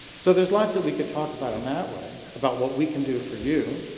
so there's lots that we could talk about in that way, about what we can do for you.